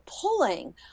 pulling